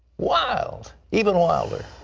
wild. even wilder.